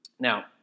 Now